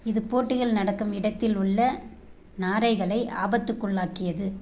இது போட்டிகள் நடக்கும் இடத்தில் உள்ள நாரைகளை ஆபத்துக்குள்ளாக்கியது